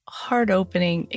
heart-opening